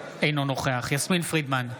אינו נוכח יסמין פרידמן,